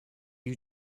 you